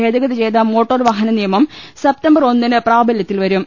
ഭേദഗതി ചെയ്ത മോട്ടോർ വാഹന നിയമം സപ്തംബർ ഒന്നിന് പ്രാബല്യത്തിൽ വരും